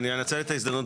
עכשיו לפרק כ"ד (קידום תשתיות לאומיות).